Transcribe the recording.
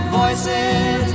voices